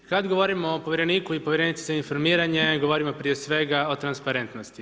Kad govorimo o povjereniku i povjerenici za informiranje, govorimo prije svega, o transparentnosti.